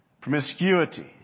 Promiscuity